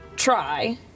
Try